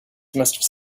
must